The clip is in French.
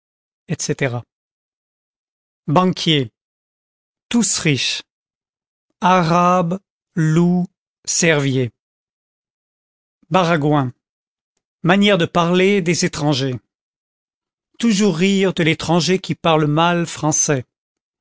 etc banquiers tous riches arabes loups cerviers baragouin manière de parler des étrangers toujours rire de l'étranger qui parle mal français